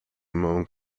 among